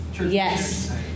yes